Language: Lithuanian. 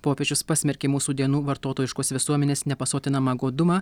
popiežius pasmerkė mūsų dienų vartotojiškos visuomenės nepasotinamą godumą